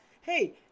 hey